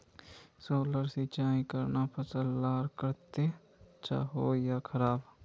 Solar से सिंचाई करना फसल लार केते अच्छा होचे या खराब?